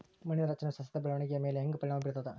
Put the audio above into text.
ಮಣ್ಣಿನ ರಚನೆಯು ಸಸ್ಯದ ಬೆಳವಣಿಗೆಯ ಮೇಲೆ ಹೆಂಗ ಪರಿಣಾಮ ಬೇರ್ತದ?